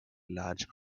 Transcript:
large